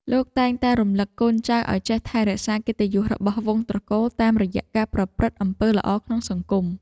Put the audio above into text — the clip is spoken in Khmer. ការគោរពតាមការសម្រេចចិត្តរបស់អ្នកដឹកនាំគ្រួសារជួយឱ្យសមាជិកទាំងអស់មានឯកភាព និងសាមគ្គីភាពល្អ។